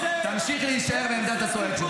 תמשיך להישאר בעמדת הצועק.